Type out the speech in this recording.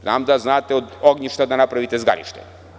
Znam da znate od ognjišta da napravite zgarište.